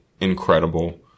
incredible